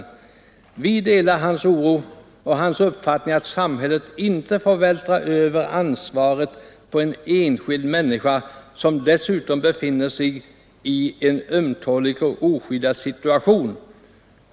Vi delar hans oro, och hans uppfattning att samhället inte får vältra över ansvaret på en enskild människa, som dessutom befinner sig i en ömtålig och oskyddad situation.